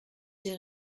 j’ai